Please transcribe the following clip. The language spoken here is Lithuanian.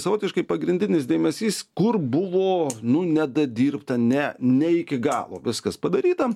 savotiškai pagrindinis dėmesys kur buvo nu nedadirbta ne ne iki galo viskas padaryta